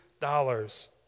dollars